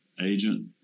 agent